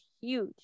huge